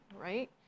right